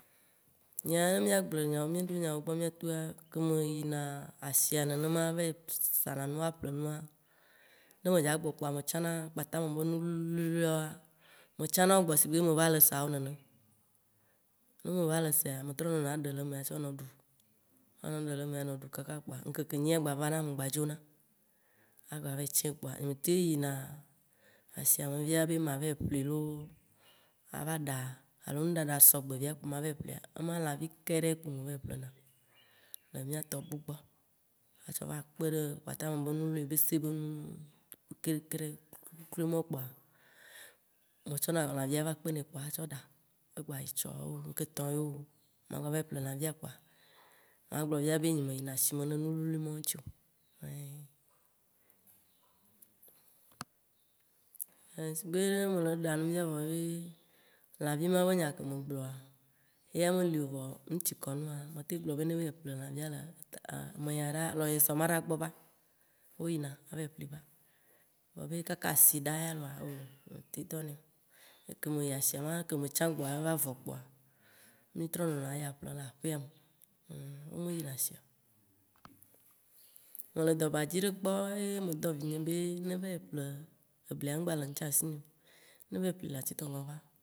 Nyea ne mìa gblɔ nyawo, ne mì ɖo nyawo gbɔ be mìatoa, ke me yina asia nenema, vayi sana nu, aƒlenua, ne me dza gbɔ kpoa metsɔna akpata me be nu wluiwluiwoa, metsanawo gbɔ sigbe be meva le sa wo nene. Ne me va le sae, me trɔ nɔna ɖe le eme atsɔ nɔ ɖu, anɔ ɖe le ene anɔ ɖu kaka kpoa ŋkeke nyia gbavana ŋgba dzona, agba va yi tsĩ, kpoa nye me teŋ yina asia me via be mava yi ƒli looo, ava ɖa, alo ŋɖaɖa sɔgbe via kpo ma va yi ƒlia, kema lãvi keɖe kpo me va yi ƒlena le mìatɔ bu gbɔ atsɔ va kpe ɖe kpatame be nu wluiwlui, yebese be nuwo, keɖe keɖe, klui klui klui mɔwo kpoa metsɔ lãvia va kpenɛ, kpoa atsɔ ɖa, egba yi tsɔ ye o, ŋketɔ̃ ye o, magba va yi ƒle lãvia kpoa, nye me yina asime ɖe nu wluiwlui mɔwo ŋti o. Sigbe be mele ɖa nu via vɔ ye, lãvi ma be nya ke megblɔa, ya me li o. vɔa nu tsikɔ nu ŋua, metem gblɔ be no va yi ƒle lãvia le meya ɖaaa, alɔnyesɔ ma ɖaaa gbɔ va, wo yina ava yi ƒli va. Vɔ be kaka asi ɖa ya loa, nye metem dɔ nɛ o. Eke me yi asia ma, ke me tsã gbɔa ava vɔ kpoa, mítrɔ nɔna, eya ƒlem le aƒea me, wo me yina asia o. Me le dɔbadzi ɖe kpɔ, ye medɔ vinye be ne va yi ƒle eblia mgba le ŋtsã asi nye o. Ne va yi ƒli le atitongɔn va.